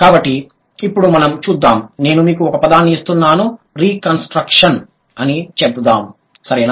కాబట్టి ఇప్పుడు మనం చూద్దాం నేను మీకు ఒక పదాన్ని ఇస్తున్నాను రికన్స్ట్రక్షన్ అని చెపుదాం సరేనా